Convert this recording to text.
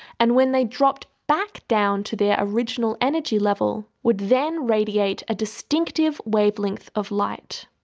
and when they dropped back down to their original energy level would then radiate a distinctive wavelength of light.